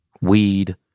weed